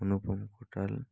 Anupam Ghotal